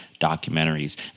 documentaries